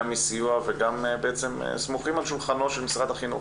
גם מסיוע ובעצם סמוכים על שולחנו של משרד החינוך